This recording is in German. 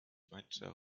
mainzer